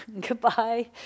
goodbye